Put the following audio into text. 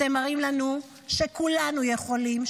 אתם מראים לנו שכולנו יכולים,